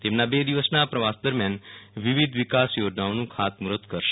તેમના બે દિવસના પ્રવાસ દરમ્યાન વિવિધ વિકાસ યોજનાઓનું ખાતમૂર્કત કરશે